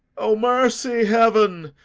o, mercy, heaven!